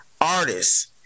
artists